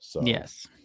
Yes